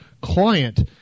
client